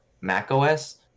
macOS